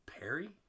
Perry